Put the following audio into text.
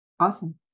Awesome